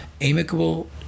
amicable